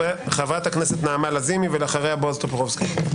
חברת הכנסת נעמה לזימי, ואחריה בועז טופורובסקי.